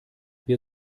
wir